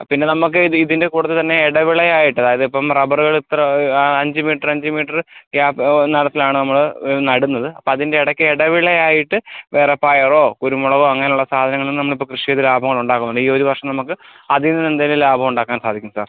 പിന്നെ നമുക്ക് ഇതിൻ്റെ കൂട്ടത്തിൽ തന്നെ ഇടവിളയായിട്ട് അതായത് ഇപ്പം റബറുകൾ ഇത്ര അഞ്ച് മീറ്ററ് അഞ്ച് മീറ്ററ് ഗ്യാപ് നടത്തിലാണ് നമ്മള് നടുന്നത് അപ്പം അതിൻ്റെ ഇടക്ക് ഇടവേള ആയിട്ട് വേറെ പയറോ കുരുമുളകോ അങ്ങനെ ഉള്ള സാധനങ്ങൾ നമ്മളിപ്പം കൃഷി ചെയ്ത് ലാഭങ്ങളുണ്ടാക്കുന്നുണ്ട് ഈ ഒരു വർഷം നമുക്ക് അതിൽ നിന്നെന്തേലും ലാഭം ഉണ്ടാക്കാൻ സാധിക്കും സാർ